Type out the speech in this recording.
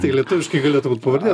tai lietuviškai galėtų būt pavardė